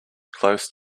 close